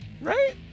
Right